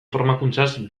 formakuntzaz